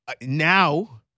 Now